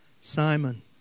Simon